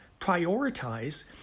prioritize